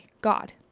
God